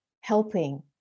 helping